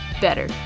better